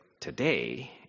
today